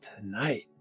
tonight